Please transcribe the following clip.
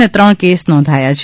અને ત્રણ કેસ નોંધાયા છે